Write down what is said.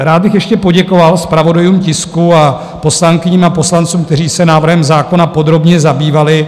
Rád bych ještě poděkoval zpravodajům tisku a poslankyním a poslancům, kteří se návrhem zákona podrobně zabývali.